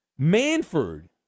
Manford